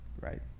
right